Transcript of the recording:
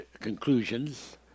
conclusions